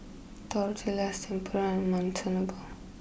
Tortillas Tempura and Monsunabe